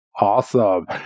Awesome